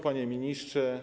Panie Ministrze!